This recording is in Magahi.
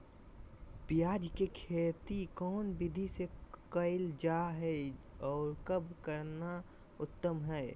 प्याज के खेती कौन विधि से कैल जा है, और कब करना उत्तम है?